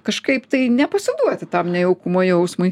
kažkaip tai nepasiduoti tam nejaukumo jausmui